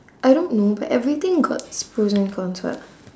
I don't know but everything got it's pros and cons [what]